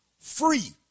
free